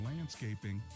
Landscaping